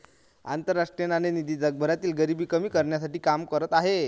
आंतरराष्ट्रीय नाणेनिधी जगभरातील गरिबी कमी करण्यासाठी काम करत आहे